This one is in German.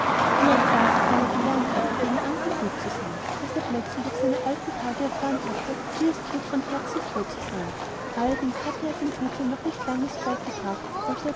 vielleicht war's auch weil er gelernt hatte gegen andre gut zu sein daß er plötzlich auf seine alten tage erfahren hatte wie es thut von herzen froh zu sein allerdings hatte er's im gutsein noch lange nicht so weit gebracht als